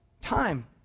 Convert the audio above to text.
time